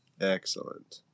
Excellent